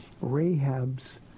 Rahab's